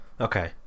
Okay